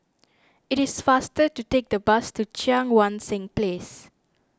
it is faster to take the bus to Cheang Wan Seng Place